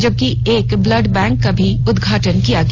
जबकि एक blood bank का भी उदघाटन किया गया